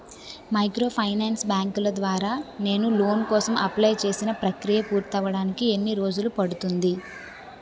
Microfinance బ్యాంకుల ద్వారా నేను లోన్ కోసం అప్లయ్ చేసిన ప్రక్రియ పూర్తవడానికి ఎన్ని రోజులు పడుతుంది?